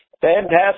Fantastic